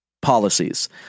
policies